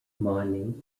mining